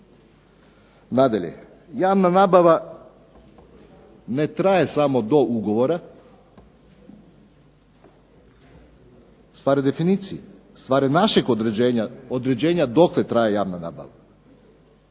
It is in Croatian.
Nadalje, javna nabava ne traje samo do ugovora. Stvar je definicije. Stvar je našeg određenja, određenja dokle traje javna nabava.